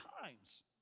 times